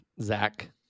Zach